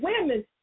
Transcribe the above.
women